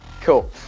Cool